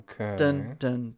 Okay